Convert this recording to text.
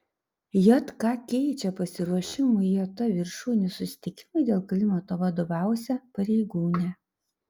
jk keičia pasiruošimui jt viršūnių susitikimui dėl klimato vadovausią pareigūnę